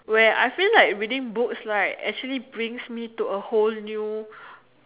where I feel like reading books actually brings me to a whole new